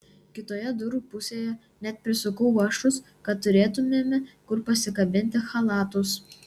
kitoje durų pusėje net prisukau vąšus kad turėtumėme kur pasikabinti chalatus